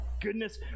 goodness